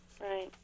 Right